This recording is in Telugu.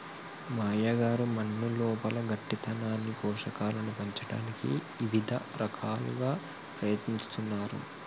మా అయ్యగారు మన్నులోపల గట్టితనాన్ని పోషకాలను పంచటానికి ఇవిద రకాలుగా ప్రయత్నిస్తున్నారు